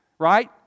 Right